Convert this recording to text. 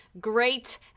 great